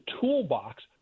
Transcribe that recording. toolbox